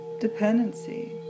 Dependency